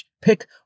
Pick